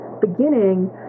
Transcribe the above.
beginning